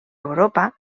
europa